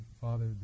Father